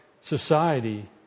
society